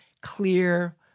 clear